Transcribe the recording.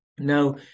Now